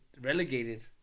relegated